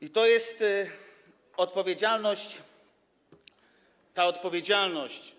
I to jest odpowiedzialność, ta odpowiedzialność.